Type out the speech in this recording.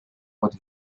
what